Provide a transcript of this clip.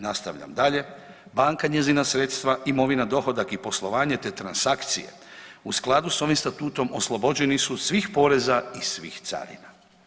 Nastavljam dalje, banka i njezina sredstva, imovina, dohodak i poslovanje, te transakcije u skladu s ovim statutom oslobođeni su svih poreza i svih carina.